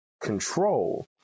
control